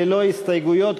ללא הסתייגויות,